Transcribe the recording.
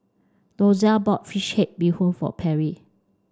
Dozier bought fish head Bee Hoon for Perri